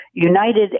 United